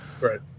Right